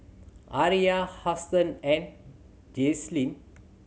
Aria Houston and Jaslyn